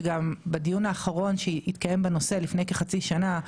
שגם בדיון האחרון שהתקיים בנושא לפני כחצי שנה,